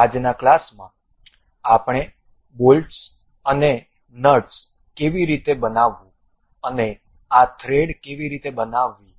આજના ક્લાસમાં આપણે બોલ્ટ્સ અને નટસ કેવી રીતે બનાવવું અને આ થ્રેડ કેવી રીતે બનાવવી